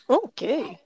okay